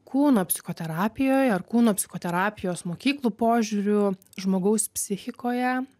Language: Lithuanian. kūno psichoterapijoj ar kūno psichoterapijos mokyklų požiūriu žmogaus psichikoje